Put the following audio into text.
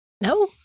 no